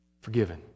Forgiven